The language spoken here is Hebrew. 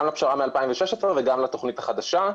גם לפשרה מ-2016 וגם לתוכנית החדשה.